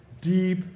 deep